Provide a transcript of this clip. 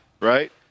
right